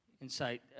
insight